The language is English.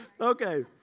Okay